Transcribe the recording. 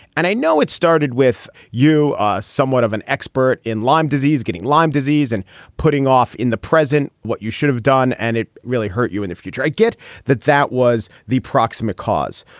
and i know it started with you somewhat of an expert in lyme disease, getting lyme disease and putting off in the present. what you should have done and it really hurt you in the future. i get that that was the proximate cause.